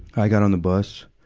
i got on the bus.